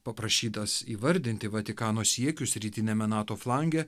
paprašytas įvardinti vatikano siekius rytiniame nato flange